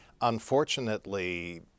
Unfortunately